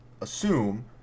assume